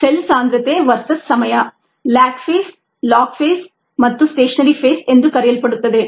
cell ಸಾಂದ್ರತೆ versus ಸಮಯ lag phase log phase ಮತ್ತು ಸ್ಟೇಷನರಿ ಫೇಸ್ ಎಂದು ಕರೆಯಲ್ಪಡುತ್ತದೆ